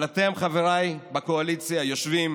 אבל אתם, חבריי בקואליציה, יושבים